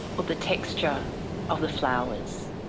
or the texture of the flowers.